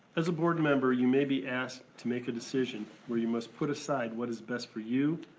as a board member you may be asked to make a decision where you must put aside what is best for you,